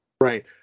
Right